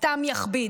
סתם יכביד.